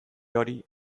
hori